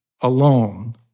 alone